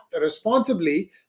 responsibly